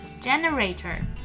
Generator